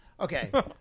Okay